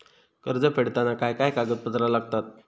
कर्ज फेडताना काय काय कागदपत्रा लागतात?